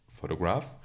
photograph